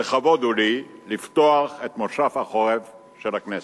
לכבוד הוא לי לפתוח את כנס החורף של הכנסת.